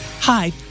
Hi